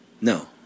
No